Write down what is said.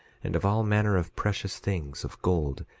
and of all manner of precious things, of gold,